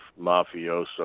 mafioso